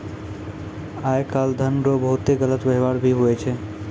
आय काल धन रो बहुते गलत वेवहार भी हुवै छै